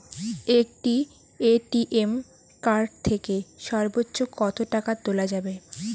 একটি ATM card থেকে সর্বোচ্চ কত টাকা তোলা যাবে?